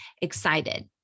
excited